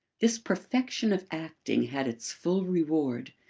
this perfection of acting had its full reward.